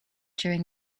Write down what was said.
during